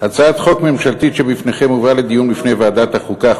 הצעת החוק הממשלתית שבפניכם הובאה לדיון בפני ועדת החוקה,